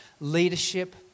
leadership